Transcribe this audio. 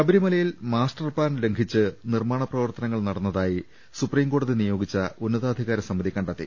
ശബരിമലയിൽ master plan ലംഘിച്ച് നിർമ്മാണ പ്രവർത്ത നങ്ങൾ നടന്നതായി സുപ്രീംകോടതി നിയോഗിച്ച ഉന്നതാധികാര സമിതി കണ്ടെത്തി